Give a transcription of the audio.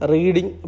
Reading